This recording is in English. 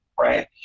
right